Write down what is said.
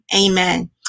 amen